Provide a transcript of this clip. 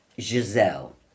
Giselle